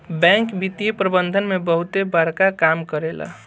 bank वित्तीय प्रबंधन में बहुते बड़का काम करेला